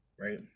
right